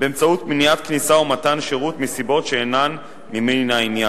באמצעות מניעת כניסה או מתן שירות מסיבות שאינן ממין העניין,